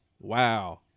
wow